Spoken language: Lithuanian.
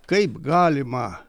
kaip galima